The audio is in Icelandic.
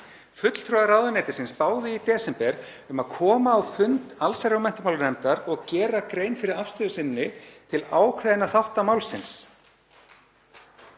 Fulltrúar ráðuneytisins báðu í desember um að koma á fund allsherjar- og menntamálanefndar og gera grein fyrir afstöðu sinni til ákveðinna þátta málsins.